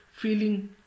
feeling